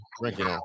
drinking